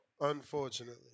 unfortunately